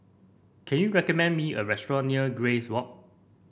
can you recommend me a restaurant near Grace Walk